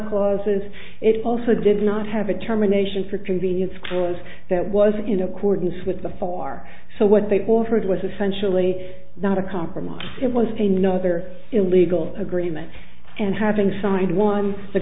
causes it also did not have a determination for convenience clause that was in accordance with the four so what they offered was essentially not a compromise it was a no other illegal agreement and having signed one the